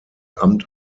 amt